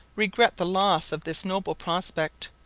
regret the loss of this noble prospect,